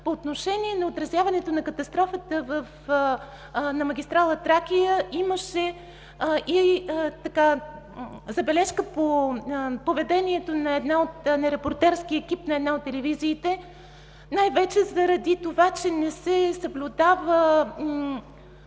По отношение на отразяването на катастрофата на магистрала „Тракия“ имаше и забележка по поведението на репортерски екип на една от телевизиите най-вече заради това, че не се съблюдава